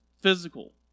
physical